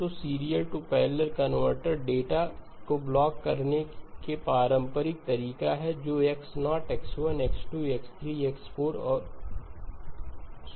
तो serial to panel converter data को block करने का पारंपरिक तरीका है जो कि X0 X1 X2 X3 X4 और शो ऑन